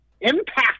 Impact